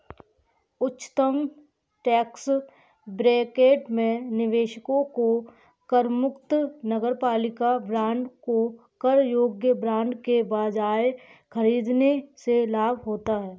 उच्चतम tax bracket में निवेशकों को करमुक्त नगरपालिका बांडों को कर योग्य बांडों के बजाय खरीदने से लाभ होता है